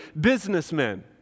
businessmen